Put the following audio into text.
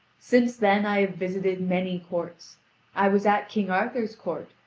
since then i have visited many courts i was at king arthur's court,